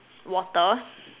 water